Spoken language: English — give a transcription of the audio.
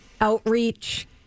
outreach